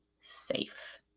safe